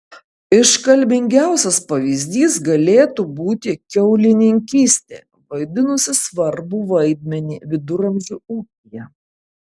iškalbingiausias pavyzdys galėtų būti kiaulininkystė vaidinusi svarbų vaidmenį viduramžių ūkyje